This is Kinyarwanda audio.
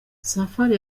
safari